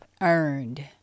earned